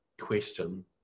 question